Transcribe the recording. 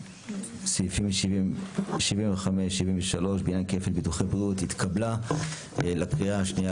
סעיפים 75-73 בעניין כפל ביטוחי בריאות התקבלה לקריאה שנייה